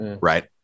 Right